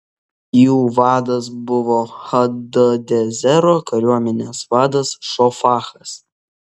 jų vadas buvo hadadezero kariuomenės vadas šofachas